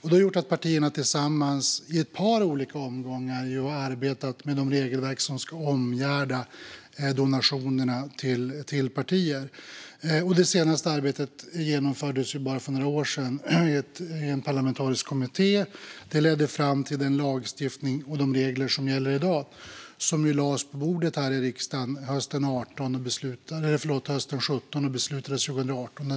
Det har gjort att partierna tillsammans i ett par olika omgångar har arbetat med de regelverk som ska omgärda donationer till partier. Det senaste arbetet genomfördes för bara några år sedan i en parlamentarisk kommitté. Det ledde fram till den lagstiftning och de regler som gäller i dag och som lades på riksdagens bord hösten 2017 och beslutades 2018.